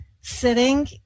sitting